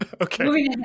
okay